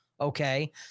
Okay